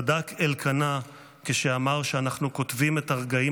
צדק אלקנה כשאמר שאנחנו כותבים את הרגעים